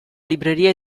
libreria